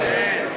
אמן.